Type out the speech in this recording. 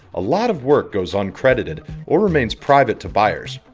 a lot of work goes uncredited or remains private to buyers.